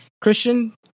Christian